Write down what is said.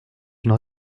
une